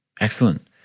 Excellent